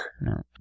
No